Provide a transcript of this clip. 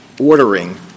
ordering